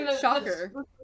Shocker